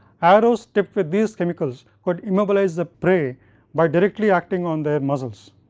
arrows tipped with these chemicals, could immobilize the prey by directly acting on their muscles.